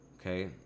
okay